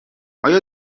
آیا